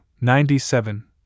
ninety-seven